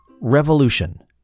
Revolution